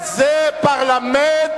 זה פרלמנט,